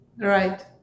Right